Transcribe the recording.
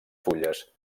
fulles